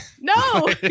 No